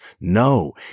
No